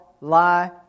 lie